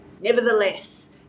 Nevertheless